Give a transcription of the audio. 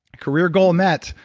career goal met.